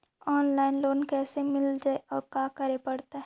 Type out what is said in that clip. Online loan कैसे मिलतै औ का करे पड़तै?